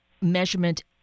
measurement